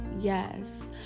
yes